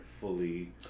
fully